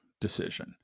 decision